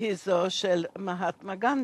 הוא מהטמה גנדי.